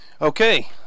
Okay